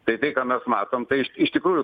tai tai ką mes matom tai iš iš tikrųjų